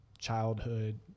childhood